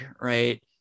right